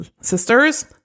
Sisters